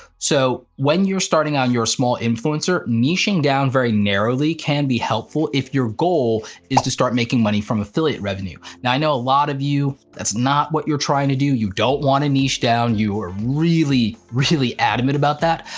so when you're starting out and you're a small influencer, niching down very narrowly can be helpful if your goal is to start making money from affiliate revenue. now i know a lot of you, that's not what you're trying to do, you don't wanna niche down, you are really, really adamant about that,